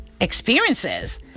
experiences